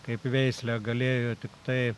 kaip veislę galėjo tiktai